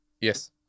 Yes